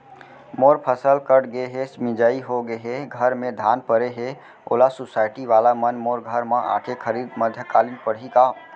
मोर फसल कट गे हे, मिंजाई हो गे हे, घर में धान परे हे, ओला सुसायटी वाला मन मोर घर म आके खरीद मध्यकालीन पड़ही का?